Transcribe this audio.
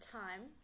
time